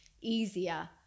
easier